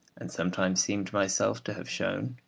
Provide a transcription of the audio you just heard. and sometimes seem to myself to have shown,